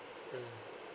mm